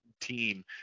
team